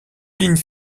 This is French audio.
lignes